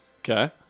Okay